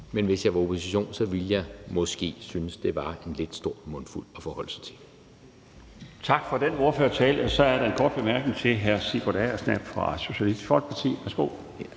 Men hvis jeg var i opposition, ville jeg måske synes, det var en lidt stor mundfuld at forholde sig til. Kl. 16:49 Den fg. formand (Bjarne Laustsen): Tak for den ordførertale. Så er der en kort bemærkning til hr. Sigurd Agersnap fra Socialistisk Folkeparti. Værsgo.